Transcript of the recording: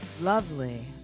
Lovely